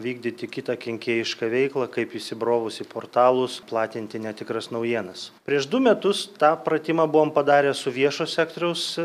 vykdyti kitą kenkėjišką veiklą kaip įsibrovus į portalus platinti netikras naujienas prieš du metus tą pratimą buvom padarę su viešo sektoriaus